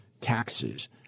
taxes